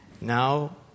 now